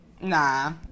nah